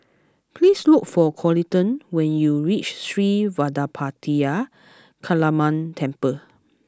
please look for Coleton when you reach Sri Vadapathira Kaliamman Temple